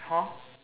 hor